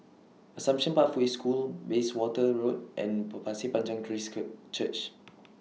Assumption Pathway School Bayswater Road and Panjang Christ cut Church